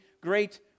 great